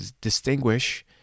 distinguish